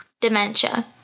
dementia